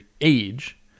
age